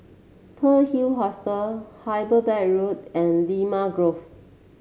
Pearl Hill Hostel Hyderabad Road and Limau Grove